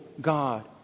God